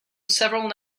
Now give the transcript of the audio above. several